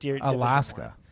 Alaska